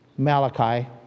Malachi